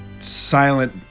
silent